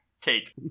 take